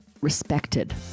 respected